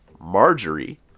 Marjorie